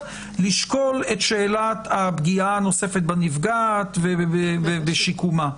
לשקול את שאלת הפגיעה הנוספת בנפגעת ובשיקומה.